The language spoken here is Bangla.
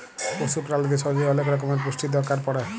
পশু প্রালিদের শরীরের ওলেক রক্যমের পুষ্টির দরকার পড়ে